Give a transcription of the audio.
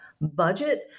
budget